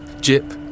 Jip